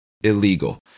illegal